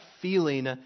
feeling